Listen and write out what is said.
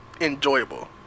enjoyable